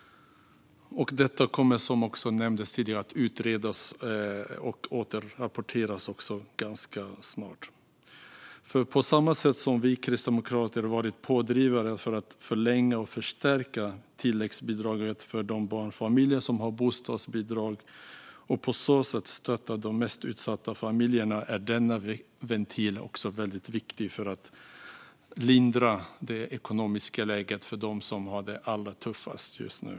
Detta kommer, som nämndes tidigare, att utredas och återrapporteras ganska snart. Vi kristdemokrater har varit pådrivande för att förlänga och förstärka tilläggsbidraget för de barnfamiljer som har bostadsbidrag och på så sätt stötta de mest utsatta familjerna. På samma sätt är denna ventil väldigt viktig för att lindra det ekonomiska läget för dem som just nu har det allra tuffast.